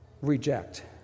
reject